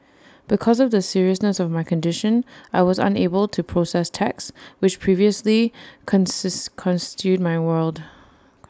because of the seriousness of my condition I was unable to process text which previously my world